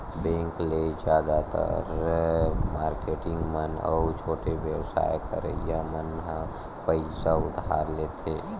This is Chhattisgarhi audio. बेंक ले जादातर मारकेटिंग मन अउ छोटे बेवसाय करइया मन ह पइसा उधार लेथे